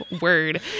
word